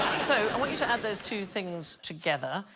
so i want you to add those two things together.